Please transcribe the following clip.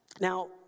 Now